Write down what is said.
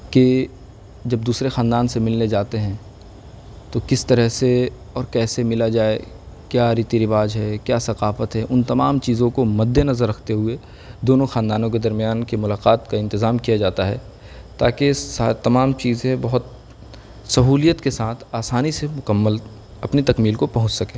کہ جب دوسرے خاندان سے ملنے جاتے ہیں تو کس طرح سے اور کیسے ملا جائے کیا ریتی رواج ہے کیا ثقافت ہے ان تمام چیزوں کو مدِ نظر رکھتے ہوئے دونوں خاندانوں کے درمیان کی ملاقات کا انتظام کیا جاتا ہے تاکہ تمام چیزیں بہت سہولت کے ساتھ آسانی سے مکمل اپنی تکمیل کو پہنچ سکیں